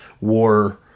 war